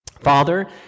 Father